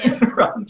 right